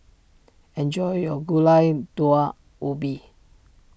enjoy your Gulai Daun Ubi